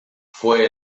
fue